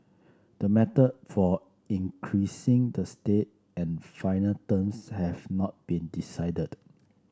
the method for increasing the stake and final terms have not been decided